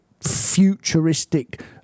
futuristic